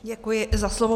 Děkuji za slovo.